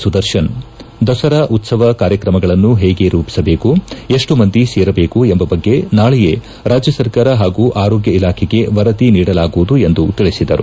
ಸುದರ್ಶನ್ ದಸರಾ ಉತ್ಪವದ ಕಾರ್ಯಕ್ರಮಗಳನ್ನು ಹೇಗೆ ರೂಪಿಸಬೇಕು ಎಷ್ಟು ಮಂದಿ ಸೇರಬೇಕು ಎಂಬ ಬಗ್ಗೆ ನಾಳೆಯೇ ರಾಜ್ಯ ಸರ್ಕಾರ ಹಾಗೂ ಆರೋಗ್ಯ ಇಲಾಖೆಗೆ ವರದಿ ನೀಡಲಾಗುವುದು ಎಂದು ತಿಳಿಸಿದರು